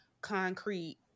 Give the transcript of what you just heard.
concrete